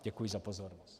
Děkuji za pozornost.